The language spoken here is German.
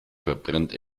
verbrennt